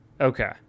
Okay